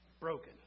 Broken